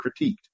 critiqued